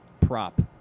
prop